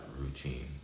routine